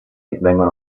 vengono